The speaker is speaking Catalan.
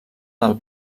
del